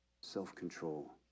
self-control